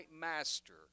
master